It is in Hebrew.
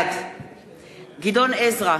בעד גדעון עזרא,